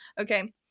okay